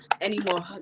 Anymore